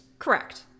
Correct